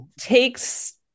takes